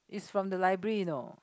it's from the library you know